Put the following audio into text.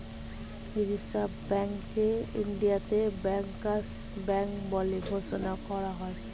reserve ব্যাঙ্ককে ইন্ডিয়াতে bankers bank বলে ঘোষণা করা হয়